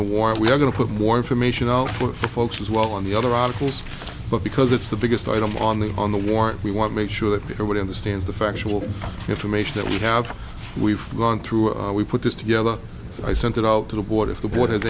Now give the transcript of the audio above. the war we're going to put more information out for folks as well on the other articles but because it's the biggest item on the on the war we want to make sure that nobody understands the factual information that we have we've gone through we put this together i sent it out to the board if the board